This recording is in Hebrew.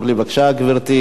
בבקשה, גברתי,